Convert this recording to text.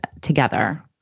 together